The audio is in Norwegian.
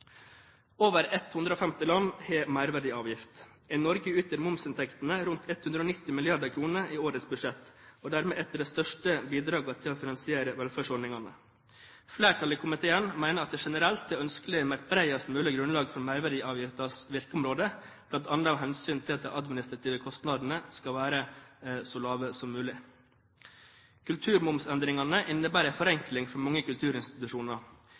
Over 150 land har merverdiavgift. I Norge utgjør momsinntektene rundt 190 mrd. kr i årets budsjett og er dermed et av de største bidragene til å finansiere velferdsordningene. Flertallet i komiteen mener at det generelt er ønskelig med et bredest mulig grunnlag for merverdiavgiftens virkeområde, bl.a. av hensyn til at de administrative kostnadene skal være så lave som mulig. Kulturmomsendringene innebærer en forenkling for mange kulturinstitusjoner.